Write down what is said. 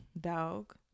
dog